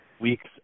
weeks